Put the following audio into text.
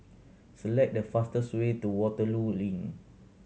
select the fastest way to Waterloo Link